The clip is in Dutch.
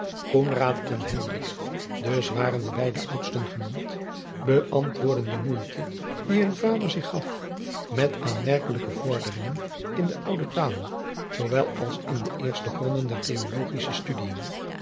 en hendrik dus waren de beide oudsten genoemd beäntwoordden de moeite die hun vader zich gaf met aanmerkelijke vorderingen in de oude talen zoowel als in de eerste gronden der theologische studiën